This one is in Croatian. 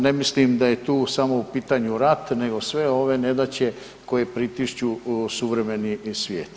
Ne mislim da je tu samo u pitanju rat nego sve ove nedaće koje pritišću suvremeni svijet.